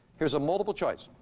here's a multiple choice.